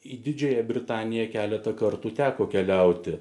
į didžiąją britaniją keletą kartų teko keliauti